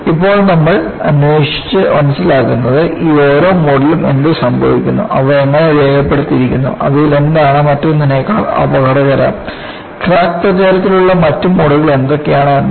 ഇപ്പോൾ നമ്മൾ അന്വേഷിച്ച് മനസ്സിലാക്കുന്നത് ഈ ഓരോ മോഡിലും എന്തു സംഭവിക്കുന്നു അവ എങ്ങനെ രേഖപ്പെടുത്തിയിരിക്കുന്നു അവയിൽ ഏതാണ് മറ്റൊന്നിനേക്കാൾ അപകടകരം ക്രാക്ക് പ്രചാരണത്തിലുള്ള മറ്റ് മോഡുകൾ എന്തൊക്കെയാണ് എന്നാണ്